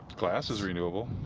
glass is renewable.